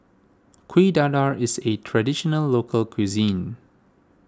Kuih Dadar is a Traditional Local Cuisine